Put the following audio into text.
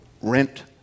rent